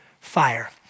fire